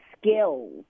skills